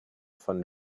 von